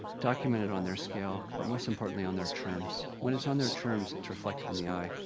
documented on their scale, but, most importantly, on their terms. when it's on their terms, its reflected in the eye.